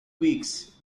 weeks